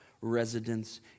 residence